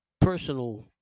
personal